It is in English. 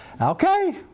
Okay